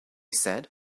said